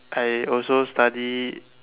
I also study